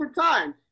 time